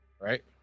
Right